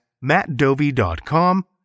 MattDovey.com